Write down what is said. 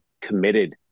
committed